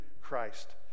Christ